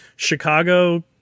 chicago